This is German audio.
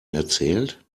erzählt